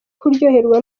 kuryoherwa